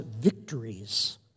victories